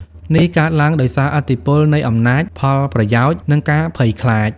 នេះកើតឡើងដោយសារឥទ្ធិពលនៃអំណាច ផលប្រយោជន៍ និងការភ័យខ្លាច។